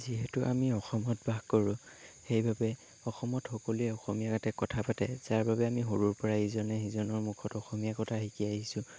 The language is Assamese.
যিহেতু আমি অসমত বাস কৰোঁ সেইবাবে অসমত সকলোৱে অসমীয়াতে কথা পাতে যাৰ বাবে আমি সৰুৰ পৰাই ইজনে সিজনৰ মুখত অসমীয়া কথা শিকি আহিছোঁ